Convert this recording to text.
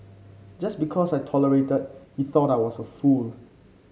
just because I tolerated he thought I was a fool